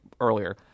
earlier